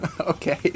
Okay